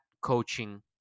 coaching